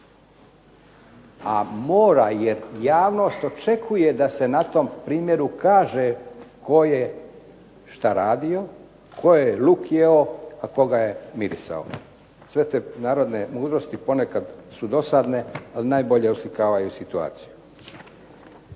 A mora jer javnost očekuje da se na tom primjeru kaže tko je šta radio, tko je luk jeo, a tko ga je mirisao. Sve te narodne mudrosti ponekad su dosadne, ali najbolje oslikavaju situaciju.